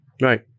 Right